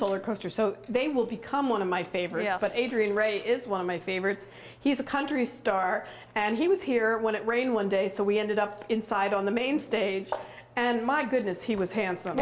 solar coaster so they will become one of my favorites is one of my favorites he's a country star and he was here when it rained one day so we ended up inside on the main stage and my goodness he was handsome